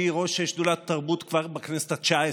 ראש שדולת התרבות כבר בכנסת התשע-עשרה,